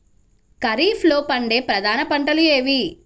ఖరీఫ్లో పండే ప్రధాన పంటలు ఏవి?